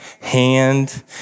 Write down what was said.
hand